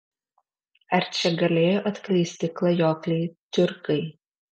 ar čia galėjo atklysti klajokliai tiurkai